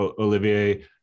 Olivier